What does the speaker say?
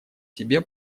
себе